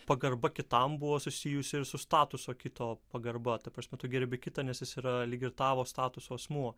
pagarba kitam buvo susijusi ir su statuso kito pagarba ta prasme tu gerbi kitą nes jis yra lyg ir tavo statusu asmuo